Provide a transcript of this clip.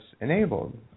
enabled